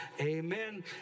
amen